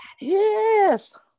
Yes